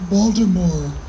Baltimore